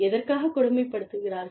எதற்காகக் கொடுமைப்படுத்துகிறார்கள்